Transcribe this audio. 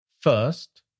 first